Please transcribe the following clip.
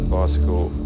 Bicycle